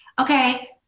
Okay